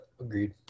Agreed